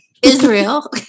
Israel